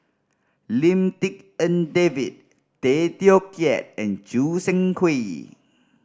Lim Tik En David Tay Teow Kiat and Choo Seng Quee